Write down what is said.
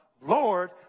lord